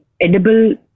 edible